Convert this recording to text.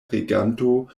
reganto